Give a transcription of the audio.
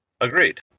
Agreed